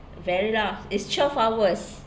very rough it's twelve hours